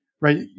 right